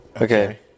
Okay